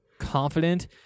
confident